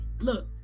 look